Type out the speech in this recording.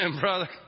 brother